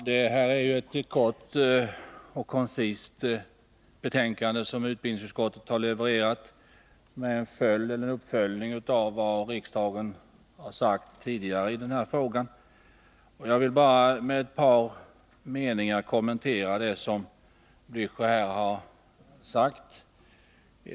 Herr talman! Här har utbildningsutskottet skrivit ett mycket kort och koncist betänkande. Det är en uppföljning av vad riksdagen har uttalat tidigare i denna fråga. Jag vill bara med ett par meningar kommentera vad herr Blächer sade.